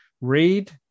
read